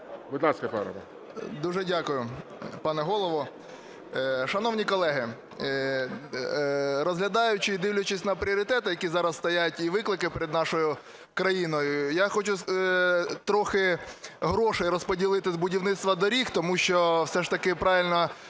КОСТЕНКО Р.В. Дуже дякую, пане Голово. Шановні колеги, розглядаючи і дивлячись на пріоритети, які зараз стоять і виклики перед нашою країною, я хочу трохи грошей розподілити з будівництва доріг. Тому що все ж таки правильно